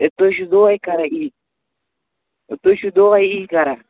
ہے تُہۍ چھُو دۄہَے کران یی تُہۍ چھُو دۄہَے یی کران